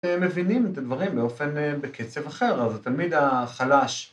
‫מבינים את הדברים באופן, בקצב אחר, ‫אבל זה תמיד החלש.